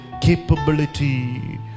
capability